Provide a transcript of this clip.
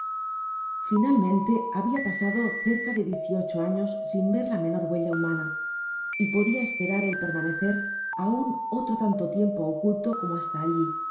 finalmente habia pasado cerca de diez y ocho años sin ver la menor huella humana y podia esperar el permanecer aun otro tanto tiempo oculto como hasta alli